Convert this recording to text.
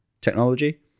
technology